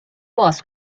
باز